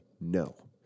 no